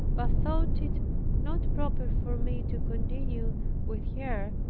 but thought it not proper for me to continue with her,